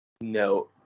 No